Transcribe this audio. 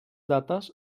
dates